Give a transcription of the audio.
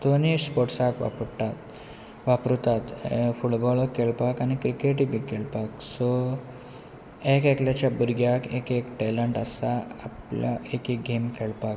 दोनी स्पोर्ट्सांक वापरतात वापरतात फुटबॉल खेळपाक आनी क्रिकेटूय बी खेळपाक सो एकल्याच्या भुरग्याक एक टॅलंट आसा आपल्या एक गेम खेळपाक